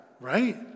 right